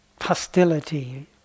hostility